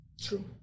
True